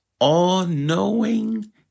all-knowing